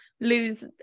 lose